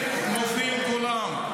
סליחה, בהצעת החוק שלי מופיעים כולם: